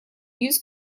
used